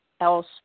else